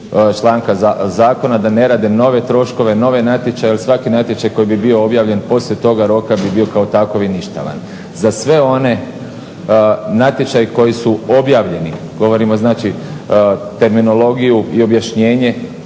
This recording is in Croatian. članka zakona da ne rade nove troškove, nove natječaje jer svaki natječaj koji bi bio objavljen poslije toga roka bi bio kao takav i ništavan. Za sve one natječaje koji su objavljeni, govorimo znači terminologiju i objašnjenje